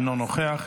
אינו נוכח.